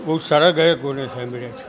બહુ સારા ગાયકોને સાંભળ્યા છે